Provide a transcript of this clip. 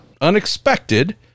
unexpected